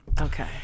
Okay